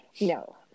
no